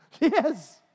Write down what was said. Yes